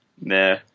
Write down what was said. Nah